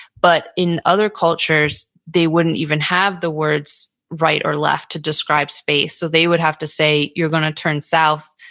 but in other cultures, they wouldn't even have the words right or left to describe space. so they would have to say, you're going to turn south,